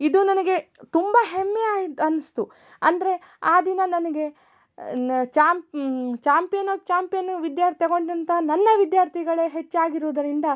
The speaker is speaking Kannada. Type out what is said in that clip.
ಇದು ನನಗೆ ತುಂಬ ಹೆಮ್ಮೆ ಆಯ್ತು ಅನ್ನಿಸ್ತು ಅಂದರೆ ಆ ದಿನ ನನಗೆ ಚಾಂಪ್ ಚಾಂಪಿಯನ್ ಆಫ್ ಚಾಂಪಿಯನ್ನು ವಿದ್ಯಾರ್ಥಿ ತೊಗೊಂಡಂಥ ನನ್ನ ವಿದ್ಯಾರ್ಥಿಗಳೇ ಹೆಚ್ಚಾಗಿರುವುದರಿಂದ